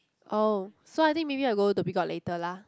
oh so I think maybe I go Dhoby-Ghaut later lah